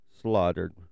slaughtered